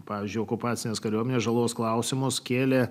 pavyzdžiui okupacinės kariuomenės žalos klausimus kėlė